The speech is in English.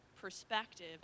perspective